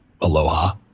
Aloha